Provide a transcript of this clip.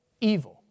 evil